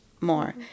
more